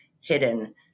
hidden